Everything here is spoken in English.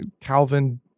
Calvin